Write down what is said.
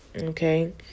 okay